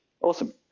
awesome